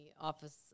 Office